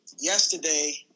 Yesterday